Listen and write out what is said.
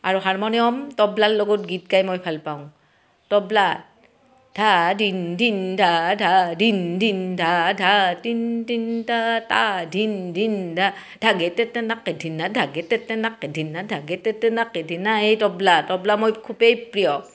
আৰু হাৰমনিয়াম তবলাৰ লগত গীত গাই মই ভাল পাওঁ তবলা ধা ধিন ধিন ধা ধা ধিন ধিন ধা ধা টিন টিন তা তা ধিন ধিন ধা ধাগে তেতে নাকে ধিনা ধাগে তেতে নাকে ধিনা ধাগে তেতে নাকে ধিনা এই তবলা তবলা মই খুবেই প্ৰিয়